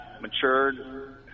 matured